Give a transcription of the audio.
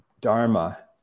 dharma